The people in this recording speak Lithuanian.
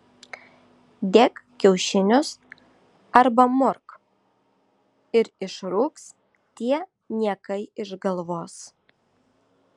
dėk kiaušinius arba murk ir išrūks tie niekai iš galvos